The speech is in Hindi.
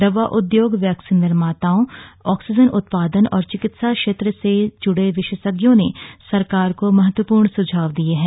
दवा उद्योग वैक्सीन निर्माताओं ऑक्सीजन उत्पादन और चिकित्सा क्षेत्र से जुड़े विशेषज्ञों ने सरकार को महत्वपूर्ण सुझाव दिए हैं